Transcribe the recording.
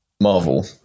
Marvel